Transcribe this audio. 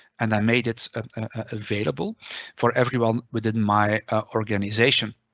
and i made it available for everyone within my organization.